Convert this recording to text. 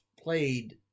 played